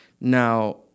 Now